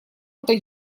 это